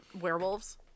werewolves